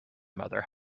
mother